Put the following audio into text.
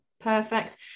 perfect